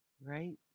Right